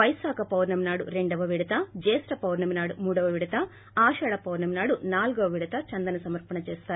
వైశాఖ పార్లమినాడు రెండో విడత జేష్ల పౌర్ణమినాడు మూడో విడత ఆషాడ పౌర్ణమినాడు నాలుగో విడత చందన సమర్పణ చేస్తారు